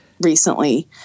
recently